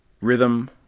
rhythm